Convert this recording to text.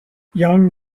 young